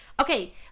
okay